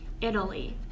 Italy